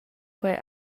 quei